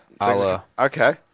Okay